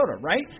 right